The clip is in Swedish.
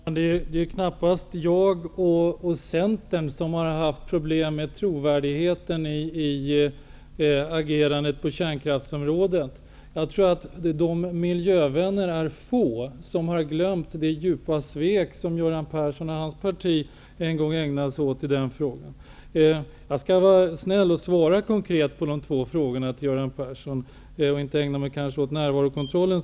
Herr talman! Det är knappast jag och Centern som har haft problem med trovärdigheten när det gäller agerandet i kärnkraftsfrågan. Jag tror att de miljövänner är få som har glömt det djupa svek som Göran Persson och hans parti en gång ägnade sig åt i den frågan. Jag skall vara snäll och svara konkret på Göran Perssons två frågor. Jag vill då kanske inte ägna mig så mycket åt närvarokontrollen.